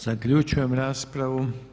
Zaključujem raspravu.